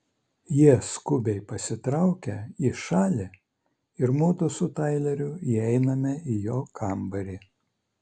jie skubiai pasitraukia į šalį ir mudu su taileriu įeiname į jo kambarį